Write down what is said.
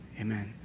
amen